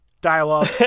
dialogue